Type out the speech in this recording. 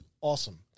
awesome